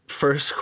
First